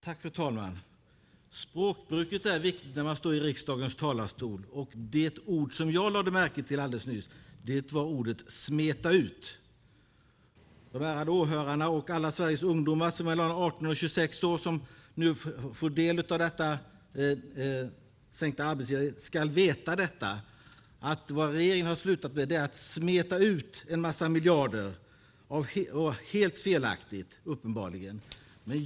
Fru talman! Språkbruket är viktigt när man talar från riksdagens talarstol. Det jag lade märke till nyss var uttrycket smeta ut. Alla Sveriges ungdomar mellan 18 och 26 år som nu får del av de sänkta arbetsgivaravgifterna ska veta att regeringen har smetat ut en massa miljarder, uppenbarligen helt felaktigt.